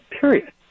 period